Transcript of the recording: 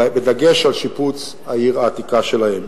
בדגש על שיפוץ העיר העתיקה שלהם.